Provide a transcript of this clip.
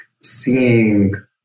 seeing